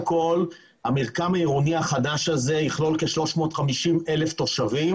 המרקם העירוני החדש הזה יכלול כ-350,000 תושבים